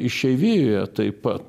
išeivijoje taip pat